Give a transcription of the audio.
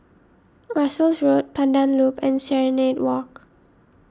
Russels Road Pandan Loop and Serenade Walk